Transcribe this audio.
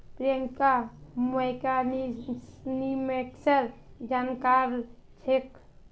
प्रियंका मैक्रोइकॉनॉमिक्सेर जानकार छेक्